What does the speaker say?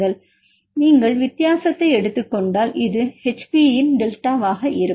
இப்போது நீங்கள் வித்தியாசத்தை எடுத்துக் கொண்டால் இது ஹெச்பியின் டெல்டாவாக இருக்கும்